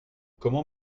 comment